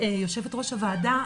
יו"ר הוועדה,